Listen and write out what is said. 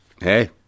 Hey